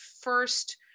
first